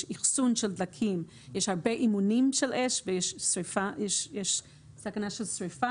אחסון של דלקים יש הרבה אימונים של אש ויש סכנה של שריפה.